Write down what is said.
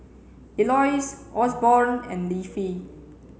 Eloise Osborn and Leafy